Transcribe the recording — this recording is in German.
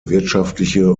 wirtschaftliche